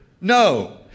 No